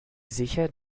sicher